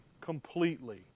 completely